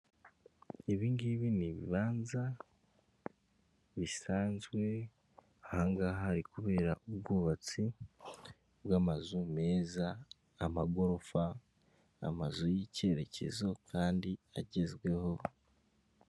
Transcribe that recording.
Uyu nguyu ni umunara udufasha mu bintu bijyanye n'itumanaho, mu gihe abantu baba bashobora kuvugana umwe ari mu ntara imwe undi ari mu yindi, umwe ari mu gihugu kimwe undi ari mu kindi, iminara idufashamo muri ubwo buryo bw'itumanho.